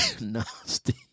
Nasty